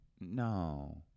No